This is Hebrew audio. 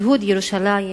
ייהוד ירושלים,